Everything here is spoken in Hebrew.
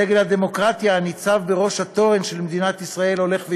דגל הדמוקרטיה הניצב בראש התורן של מדינת ישראל הולך ויורד.